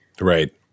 Right